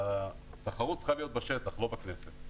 התחרות צריכה להיות בשטח, לא בכנסת.